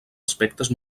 aspectes